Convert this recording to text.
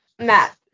Matt